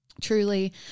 truly